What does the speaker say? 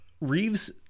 Reeves